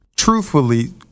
Truthfully